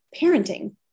parenting